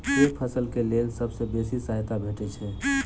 केँ फसल केँ लेल सबसँ बेसी सहायता भेटय छै?